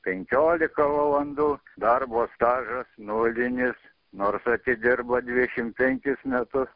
penkiolika valandų darbo stažas nulinis nors atidirbo dvidešim penkis metus